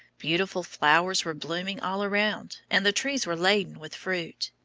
beautiful flowers were blooming all around and the trees were laden with fruit.